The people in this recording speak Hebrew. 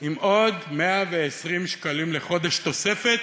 עם עוד 120 שקלים לחודש תוספת?